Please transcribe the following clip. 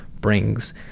brings